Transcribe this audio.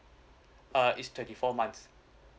uh it's twenty four months